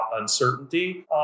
uncertainty